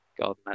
God